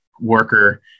worker